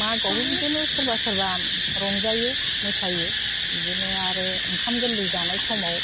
मागोआवबो बिदिनो सोरबा सोरबा रंजायो मोसायो बिदिनो आरो ओंखाम गोरलै जानाय समाव